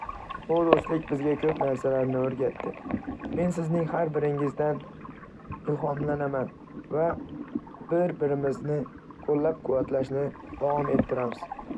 Bu do'stlik bizga ko'p narsalar o'rgatdi. Men sizning har biringizdan ilhomlanaman va bir-birimizni qo'llab-quvvatlashni davom ettiramiz.